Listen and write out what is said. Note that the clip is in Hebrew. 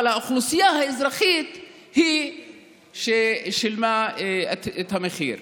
אבל האוכלוסייה האזרחית היא ששילמה את המחיר.